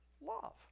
love